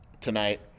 tonight